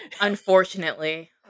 unfortunately